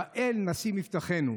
באל נשים מבטחנו.